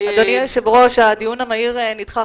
אדוני היושב-ראש, הדיון המהיר נדחה.